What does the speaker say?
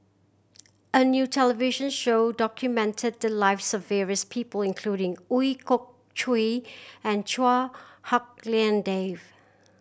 a new television show documented the lives of various people including Ooi Kok Chuen and Chua Hak Lien Dave